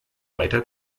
weiter